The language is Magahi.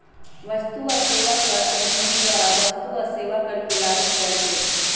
वस्तु आ सेवा कर अधिनियम द्वारा वस्तु आ सेवा कर के लागू कएल गेल